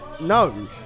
no